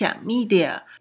Media